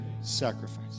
sacrifice